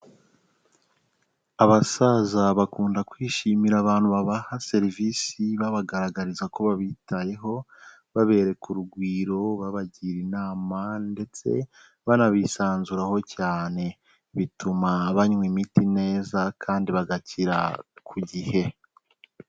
Abasaza bakunda kwishimira abantu babaha serivisi babagaragariza ko babitayeho, babereka urugwiro babagira inama ndetse banabisanzuraho cyane, bituma banywa imiti neza kandi bagakira ku gihe.